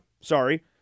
sorry